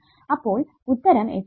അപ്പോൾ ഉത്തരം 8 ആണ്